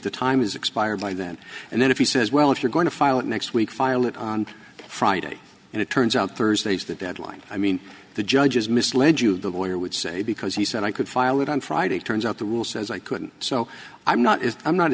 the time is expired by then and then if he says well if you're going to file it next week file it on friday and it turns out thursday is the deadline i mean the judges misled you the lawyer would say because he said i could file it on friday it turns out the rule says i couldn't so i'm not is i'm not